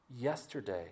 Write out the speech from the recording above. yesterday